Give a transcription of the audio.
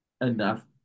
enough